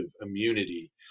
immunity